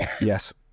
Yes